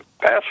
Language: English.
pass